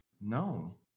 No